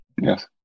Yes